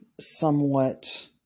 somewhat